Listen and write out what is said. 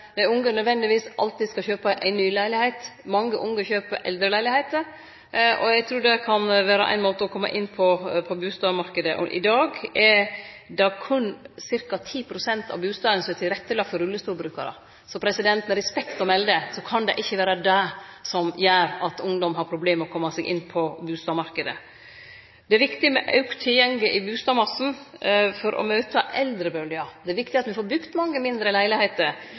unge nødvendigvis alltid skal kjøpe ei ny leilegheit. Mange unge kjøper eldre leilegheiter, og eg trur det kan vere ein måte å kome inn på bustadmarknaden på. I dag er det berre ca. 10 pst. av bustadene som er tilrettelagde for rullestolbrukarar, så med respekt å melde – det kan ikkje vere det som gjer at ungdom har problem med å kome seg inn på bustadmarknaden. Det er viktig med auka tilgjenge i bustadmassen for å møte eldrebølgja og at me får bygd mange mindre leilegheiter.